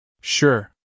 Sure